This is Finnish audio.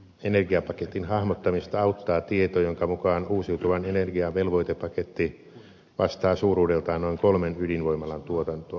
energiapaketin hahmottamista auttaa tieto jonka mukaan uusiutuvan energian velvoitepaketti vastaa suuruudeltaan noin kolmen ydinvoimalan tuotantoa